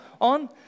on